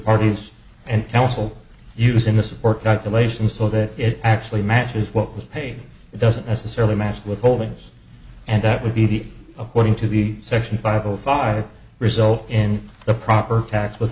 parties and council use in the support local ations so that it actually matches what was paid it doesn't necessarily match with holdings and that would be the according to the section five zero five result in the property tax with